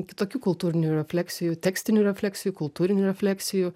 kitokių kultūrinių refleksijų tekstinių refleksijų kultūrinių refleksijų